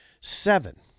seven